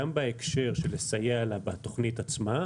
גם בהקשר של לסייע לה בתוכנית עצמה,